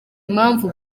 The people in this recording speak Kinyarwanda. impamvu